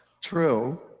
true